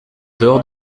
dehors